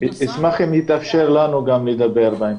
נשמח אם גם לנו תינתן רשות הדיבור.